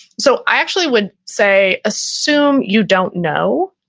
so i actually would say, assume you don't know.